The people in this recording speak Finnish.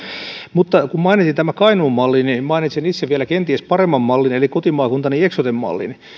mutta kun mainitsitte tämän kainuun mallin niin mainitsen itse vielä kenties paremman mallin eli kotimaakuntani eksoten mallin